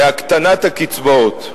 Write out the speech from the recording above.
להקטנת הקצבאות.